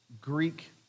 Greek